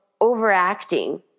overacting